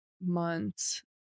months